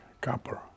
copper